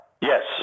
Yes